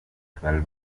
twelve